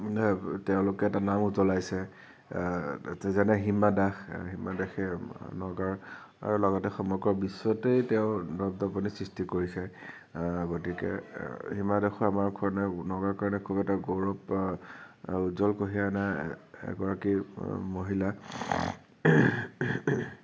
তেওঁলোকে নাম উজ্বলাইছে যেনে হীমা দাস হীমা দাসে নগাঁৱৰ লগতে সমগ্ৰ বিশ্বতেই তেওঁৰ দপদপনি সৃষ্টি কৰিছে গতিকে হীমা দাসো আমাৰ খাৰণে নগাঁৱৰ কাৰণে খুব এটা গৌৰৱ উজ্জ্বল কঢ়িয়াই অনা এগৰাকী মহিলা